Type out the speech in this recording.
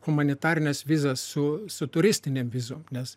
humanitarines vizas su su turistinėm vizom nes